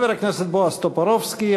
חבר הכנסת בועז טופורובסקי,